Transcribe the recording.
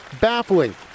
baffling